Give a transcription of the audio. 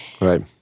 Right